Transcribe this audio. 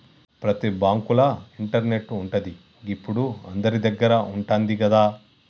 ప్రతి బాంకుల ఇంటర్నెటు ఉంటది, గిప్పుడు అందరిదగ్గర ఉంటంది గదా